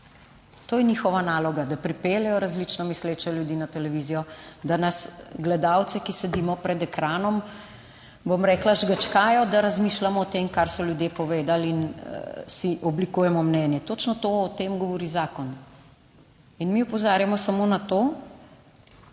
To je njihova naloga, da pripeljejo različno misleče ljudi na televizijo, da nas gledalce, ki sedimo pred ekranom, bom rekla, žgečkajo, da razmišljamo o tem, kar so ljudje povedali in si oblikujemo mnenje. Točno to o tem govori zakon in mi opozarjamo samo na to,